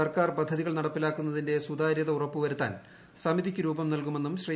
സർക്കാർ പദ്ധതികൾ നടപ്പിലാക്കുന്നതിന്റെ സുതാര്യത ഉറപ്പു വരുത്താൻ സമിതിക്ക് രൂപം നൽകുമെന്നും ശ്രീ